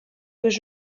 was